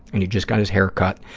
and he just got his hair cut,